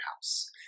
house